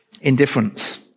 Indifference